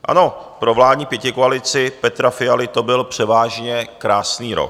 Ano, pro vládní pětikoalici Petra Fialy to byl převážně krásný rok.